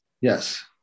Yes